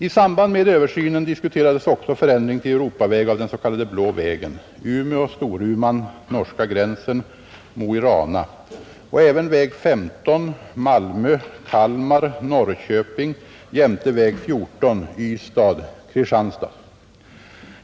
I samband med översynen diskuterades också förändring till Europaväg av den s, k. Blå vägen Umeå—Storuman—norska gränsen-Mo i Rana och även väg 15 Malmö—Kalmar—Norrköping jämte väg 14 Ystad— Kristianstad.